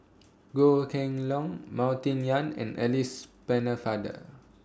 Goh Kheng Long Martin Yan and Alice Pennefather